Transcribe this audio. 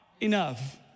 enough